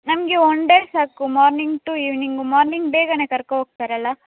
ನಮಗೆ one day ಸಾಕು morning to evening morning ಬೇಗನೆ ಕರ್ಕೊ ಹೋಗ್ತಾರಲ್ಲ